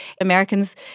Americans